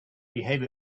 behave